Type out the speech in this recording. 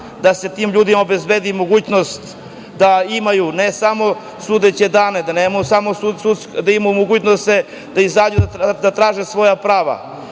da se tim ljudima obezbedi mogućnost da imaju ne samo sudeće dane, da imaju mogućnost da izađu da traže svoja prava,